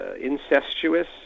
incestuous